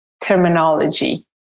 terminology